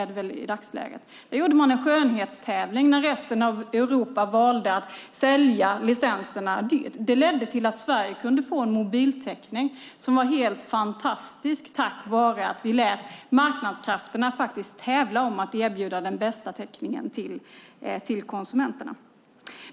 Då ordnade man en skönhetstävling där resten av Europa valde att sälja licenserna dyrt. Det ledde till att Sverige kunde få en mobiltäckning som var helt fantastisk tack vare att vi lät marknadskrafterna tävla om att erbjuda den bästa täckningen till konsumenterna.